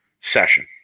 session